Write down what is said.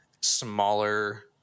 smaller